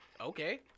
Okay